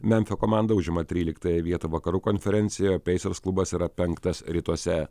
memfio komanda užima tryliktąją vietą vakarų konferencijoje pacers klubas yra penktas rytuose